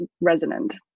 resonant